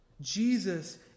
Jesus